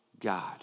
God